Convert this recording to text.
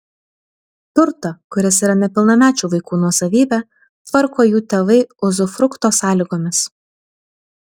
turtą kuris yra nepilnamečių vaikų nuosavybė tvarko jų tėvai uzufrukto sąlygomis